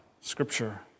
scripture